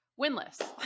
Winless